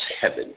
heaven